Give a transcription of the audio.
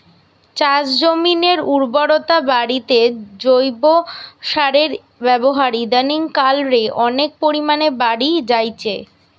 চাষজমিনের উর্বরতা বাড়িতে জৈব সারের ব্যাবহার ইদানিং কাল রে অনেক পরিমাণে বাড়ি জাইচে